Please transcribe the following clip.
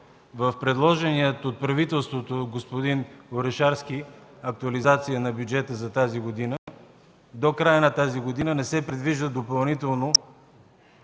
в предложената от правителството на господин Орешарски актуализация на бюджета за тази година, до края на годината не се предвиждат допълнителни